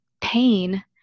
pain